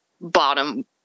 bottom